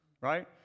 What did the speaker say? Right